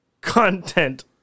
content